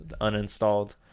uninstalled